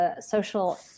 social